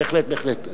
בהחלט, בהחלט.